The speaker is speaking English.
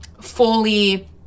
fully